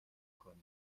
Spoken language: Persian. کنی